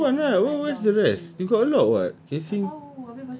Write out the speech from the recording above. got another one right where where's the rest you got a lot what casing